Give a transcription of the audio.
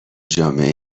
جامعه